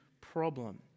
problem